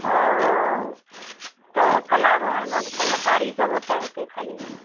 ओ तऽ कला भवनमे तऽ कलकारी सब होते हेतए खाली